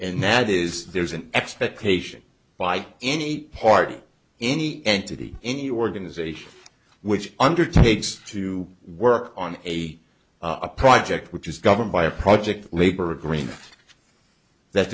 and that is there's an expectation by any party any entity any organization which undertakes to work on a a project which is governed by a project labor agreement that